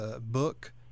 book